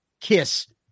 Kiss